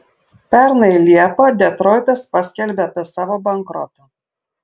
pernai liepą detroitas paskelbė apie savo bankrotą